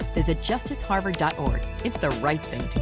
visit justiceharvard dot org it's the right thing